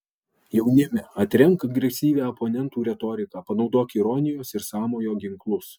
jaunime atremk agresyvią oponentų retoriką panaudok ironijos ir sąmojo ginklus